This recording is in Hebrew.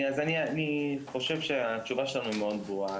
אני חושב שהתשובה שלנו מאוד ברורה,